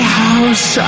house